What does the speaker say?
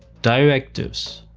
directives.